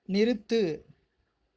நிறுத்து